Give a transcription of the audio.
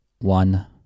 One